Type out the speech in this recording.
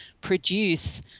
produce